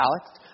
Alex